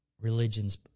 Religion's